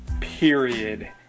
Period